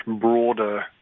broader